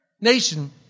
nation